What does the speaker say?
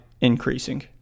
increasing